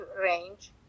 range